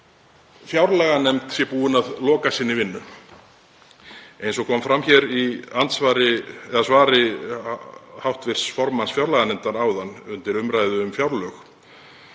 fjárlaganefnd sé búin að loka sinni vinnu en eins og kom fram hér í svari hv. formanns fjárlaganefndar áðan í umræðu um fjárlög